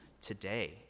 today